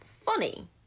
funny